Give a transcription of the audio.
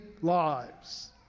lives